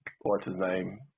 what's-his-name